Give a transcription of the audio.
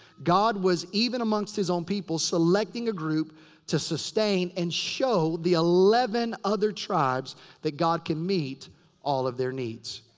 god was even amongst his own people. selecting a group to sustain and show the eleven other tribes that god can meet all of their needs.